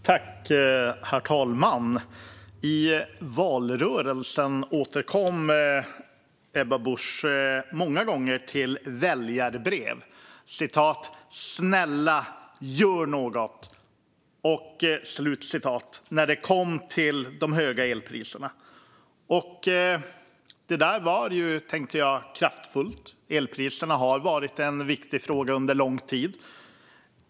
Herr talman! I valrörelsen återkom Ebba Busch många gånger till väljarbrev där det stod "snälla, gör något!" när det kom till de höga elpriserna. Det var kraftfullt. Elpriserna har varit en viktig fråga under lång tid.